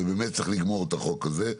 ובאמת צריך לגמור את החוק הזה.